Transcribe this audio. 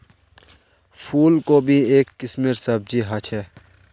फूल कोबी एक किस्मेर सब्जी ह छे